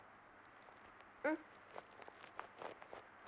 mm